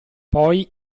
poi